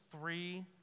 three